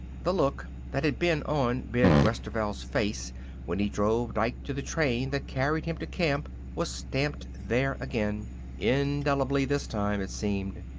the look that had been on ben westerveld's face when he drove dike to the train that carried him to camp was stamped there again indelibly this time, it seemed.